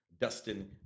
Dustin